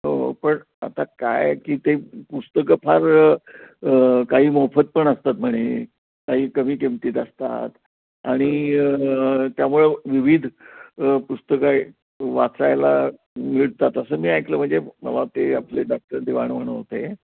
हो पण आता काय आहे की ते पुस्तकं फार काही मोफत पण असतात म्हणे काही कमी किमतीत असतात आणि त्यामुळे विविध पुस्तकं वाचायला मिळतात असं मी ऐकलं म्हणजे मला ते आपले डाक्टर दिवाण म्हणून होते